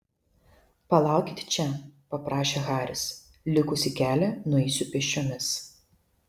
palaukit čia paprašė haris likusį kelią nueisiu pėsčiomis